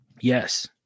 Yes